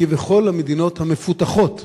כבכל המדינות המפותחות בעולם?